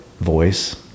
voice